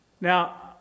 Now